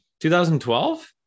2012